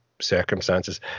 circumstances